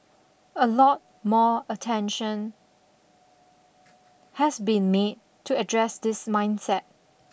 a lot more attention has been made to address this mindset